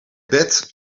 bed